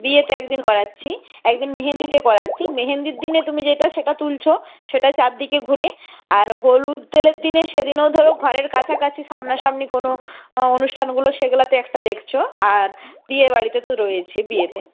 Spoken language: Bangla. বিয়েতে এক দিন করাচ্ছি এক দিন মেহেন্দিতে করাচ্ছি মেহেন্দির দিনে তুমি যেটা সেটা তুলছ সেটা চারদিকে ঘুরে আর হলুদ তেলের দিনে সেদিনও ধরো ঘরের কাছাকাছি সামনাসামনি কোনো অনুষ্ঠানগুলো সেগুলোতে একটা দেখছ আর বিয়েবাড়িতে তো রয়েছে বিয়েতে